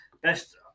best